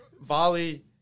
Volley